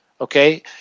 Okay